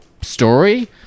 story